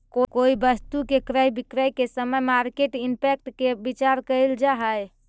कोई वस्तु के क्रय विक्रय के समय मार्केट इंपैक्ट के विचार कईल जा है